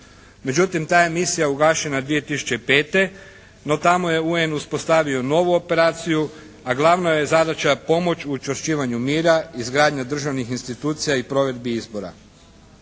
Međutim, ta je misija ugašena 2005. No, tamo je UN uspostavio novu operaciju, a glavna je zadaća pomoć u učvršćivanju mira, izgradnji državnih institucija i provedbi izbora.